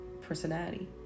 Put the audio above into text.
personality